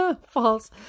False